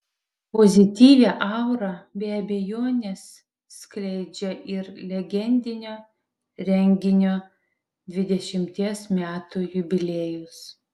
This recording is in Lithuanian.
pozityvią aurą be abejonės skleidžia ir legendinio renginio dvidešimties metų jubiliejus